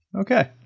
Okay